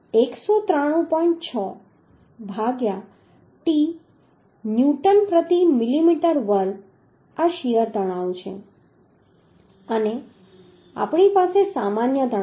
6 ભાગ્યા t newton પ્રતિ millimetre વર્ગ આ શીયર તણાવ છે અને આપણી પાસે સામાન્ય તણાવ છે